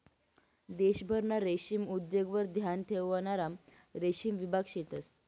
देशभरमा रेशीम उद्योगवर ध्यान ठेवणारा रेशीम विभाग शेतंस